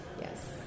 yes